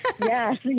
yes